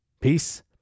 Peace